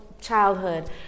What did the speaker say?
childhood